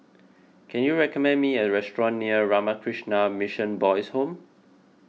can you recommend me a restaurant near Ramakrishna Mission Boys' Home